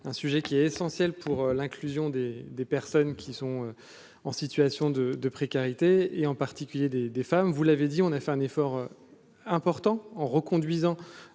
un sujet qui est essentiel pour l'inclusion des des personnes qui sont en situation de de précarité et en particulier des des femmes, vous l'avez dit, on a fait un effort important en reconduisant